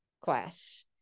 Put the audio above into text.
class